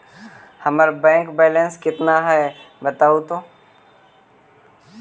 हमर bank balance केतना है बताहु तो?